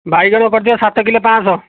ବାଇଗଣ କରିଦିଅ ସାତ କିଲୋ ପାଞ୍ଚଶହ